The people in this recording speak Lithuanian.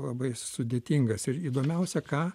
labai sudėtingas ir įdomiausia ką